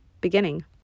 beginning